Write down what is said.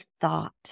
thought